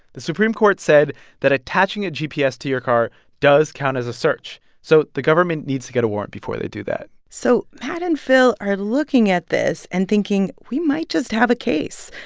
the supreme court said that attaching a gps to your car does count as a search, so the government needs to get a warrant before they do that so matt and phil are looking at this and thinking, we might just have a case.